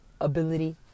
ability